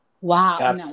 Wow